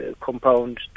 compound